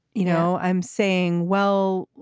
you know, i'm saying, well,